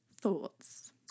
Thoughts